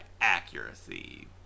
accuracy